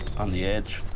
on the edge.